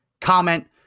comment